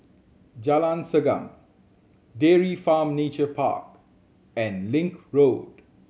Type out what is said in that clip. Jalan Segam Dairy Farm Nature Park and Link Road